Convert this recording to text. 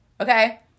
Okay